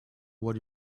what